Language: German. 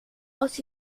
aus